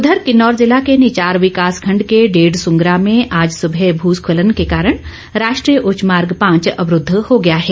उधर किन्नौर जिला के निचार विकास खंड के डेढ़ सुंगरा में आज सुबह भू स्खलन के कारण राष्ट्रीय उच्चमार्ग पांच अवरूद्व हो गया है